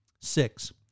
Six